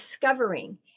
discovering